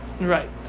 Right